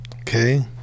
Okay